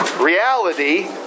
reality